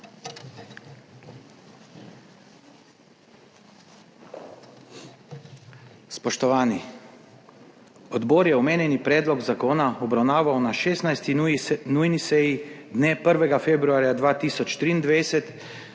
Spoštovani! Odbor je omenjeni predlog zakona obravnaval na 16. nujni seji dne 1. februarja 2023,